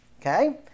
Okay